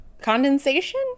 condensation